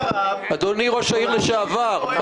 אדוני ראש העיר לשעבר,